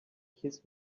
kiss